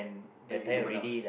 I you no burnout ah